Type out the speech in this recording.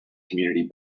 community